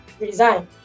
resign